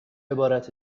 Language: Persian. عبارت